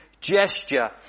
gesture